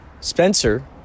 Spencer